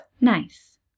Nice